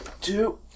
two